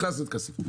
הכנסנו את כסיף.